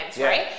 right